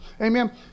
Amen